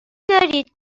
دارید